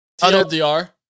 TLDR